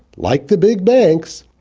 like the big banks,